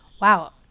Wow